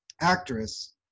actress